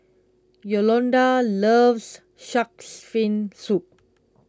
Yolonda loves Shark's Fin Soup